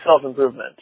self-improvement